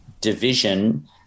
division